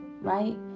right